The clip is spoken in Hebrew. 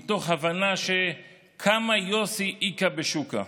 מתוך הבנה ש"כמה יוסי איכא בשוקא".